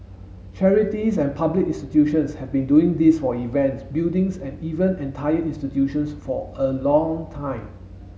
charities and public institutions have been doing this for events buildings and even entire institutions for a long time